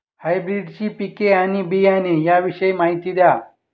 हायब्रिडची पिके आणि बियाणे याविषयी माहिती द्या